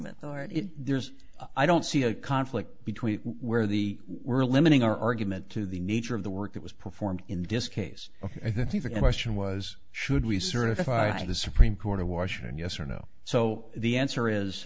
or if there's i don't see a conflict between where the we're limiting our argument to the nature of the work that was performed in disc case i think the question was should we certify the supreme court of washington yes or no so the answer is